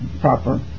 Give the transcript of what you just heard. proper